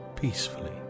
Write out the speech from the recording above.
peacefully